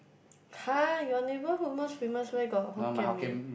[huh] your neighbourhood most famous where got Hokkien Mee